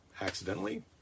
Accidentally